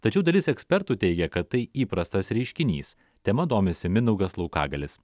tačiau dalis ekspertų teigia kad tai įprastas reiškinys tema domisi mindaugas laukagalis